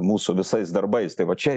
mūsų visais darbais tai va čia